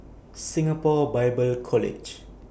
Singapore Bible College